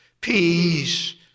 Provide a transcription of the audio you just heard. peace